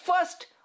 first